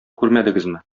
күрмәдегезме